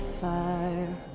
fire